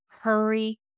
Hurry